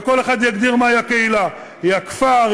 וכל אחד יגדיר מהי הקהילה: היא הכפר,